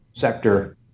sector